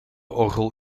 orgel